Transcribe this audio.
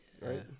right